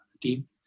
team